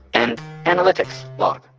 and analytics log